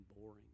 boring